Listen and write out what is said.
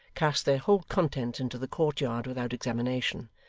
cast their whole contents into the courtyard without examination,